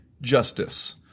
justice